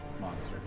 monster